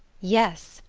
yes!